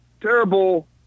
terrible